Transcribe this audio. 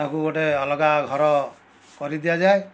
ତାଙ୍କୁ ଗୋଟେ ଅଲଗା ଘର କରିଦିଆଯାଏ